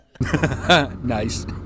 Nice